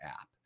app